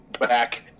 back